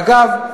אגב,